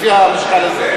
לפי המשקל הזה.